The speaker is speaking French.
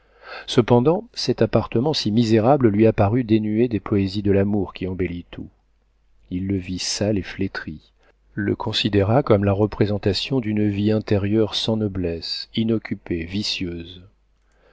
cependant cet appartement si misérable lui apparut dénué des poésies de l'amour qui embellit tout il le vit sale et flétri le considéra comme la représentation d'une vie intérieure sans noblesse inoccupée vicieuse